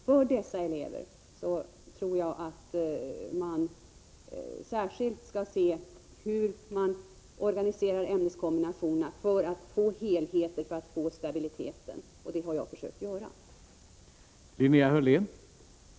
För dessa elever tror jag att man särskilt skall tänka på att ämneskombinationerna organiseras, så att man får helhet och stabilitet. Det har jag försökt göra i lärarutbildningspropositionen.